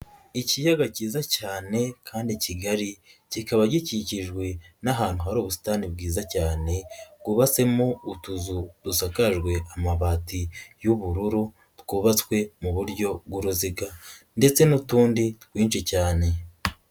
Ikiyaga kiza cyane kandi kigari kikaba gikikijwe n'ahantu hari ubusitani bwiza cyane bwubatsemo utuzu dusakajwe amabati y'ubururu, twubatswe mu buryo bw'uruziga ndetse n'utundi twinshi cyane.